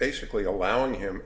basically allowing him